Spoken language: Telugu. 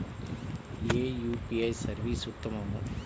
ఏ యూ.పీ.ఐ సర్వీస్ ఉత్తమము?